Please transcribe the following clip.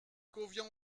convient